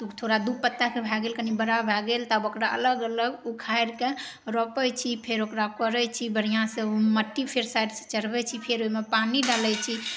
थोड़ा दू पत्ताके भए गेल कनि बड़ा भए गेल तऽ आब ओकरा अलग अलग उखारिके रोपै छी फेर ओकरा कोरै छी बढ़ियाँ से मट्टी फेर साइड से चढ़बै छी फेर ओइमे पानि डालै छी